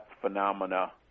phenomena